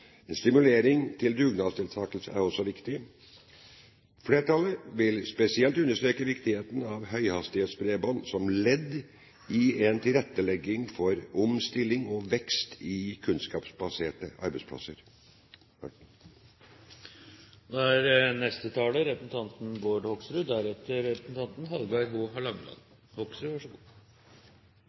En stimulering til dugnadsdeltakelse er også viktig. Flertallet vil spesielt understreke viktigheten av høyhastighetsbredbånd som ledd i en tilrettelegging for omstilling og vekst i kunnskapsbaserte arbeidsplasser. Alle mener at skikkelig bredbånd er en forutsetning for et variert næringsliv og bosetting i hele landet. Det er vel nesten sånn at vi har